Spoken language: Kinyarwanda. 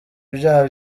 ibyaha